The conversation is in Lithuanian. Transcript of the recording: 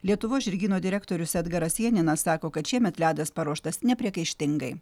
lietuvos žirgyno direktorius edgaras janinas sako kad šiemet ledas paruoštas nepriekaištingai